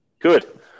Good